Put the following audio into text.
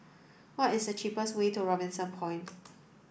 what is the cheapest way to Robinson Point